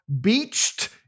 beached